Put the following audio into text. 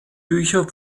bücher